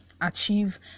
achieve